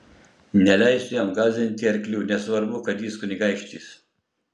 neleisiu jam gąsdinti arklių nesvarbu kad jis kunigaikštis